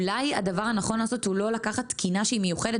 אולי הדבר הנכון לעשות הוא לא לקחת תקינה מיוחדת